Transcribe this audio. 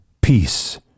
peace